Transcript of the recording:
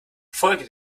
folge